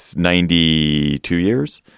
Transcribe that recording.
so ninety two years.